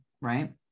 right